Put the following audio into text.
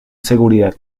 seguridad